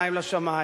אה, הוא כן.